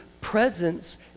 presence